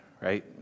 right